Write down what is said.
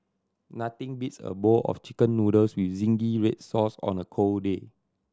nothing beats a bowl of Chicken Noodles with zingy red sauce on a cold day